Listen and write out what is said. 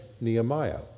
Nehemiah